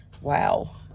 wow